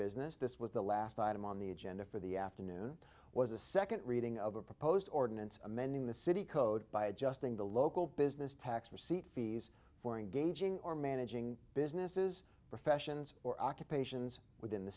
business this was the last item on the agenda for the afternoon was a second reading of a proposed ordinance amending the city code by adjusting the local business tax receipt fees for engaging or managing businesses professions or occupations within the